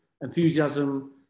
enthusiasm